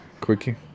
quickie